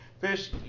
Fish